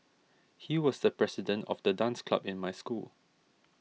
he was the president of the dance club in my school